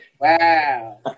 Wow